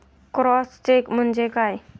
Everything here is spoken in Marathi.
क्रॉस चेक म्हणजे काय?